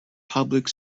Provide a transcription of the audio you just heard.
public